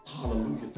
hallelujah